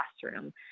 classroom